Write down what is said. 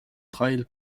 trail